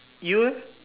you'll